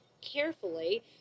carefully